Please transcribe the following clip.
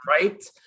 right